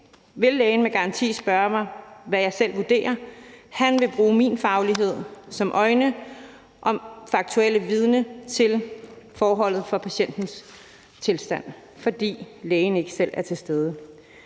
vil lægen med garanti spørge mig, hvad jeg selv vurderer. Han vil bruge mine øjne og min faglighed som vidne til forholdet for patientens tilstand, fordi lægen ikke selv er til stede.